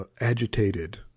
agitated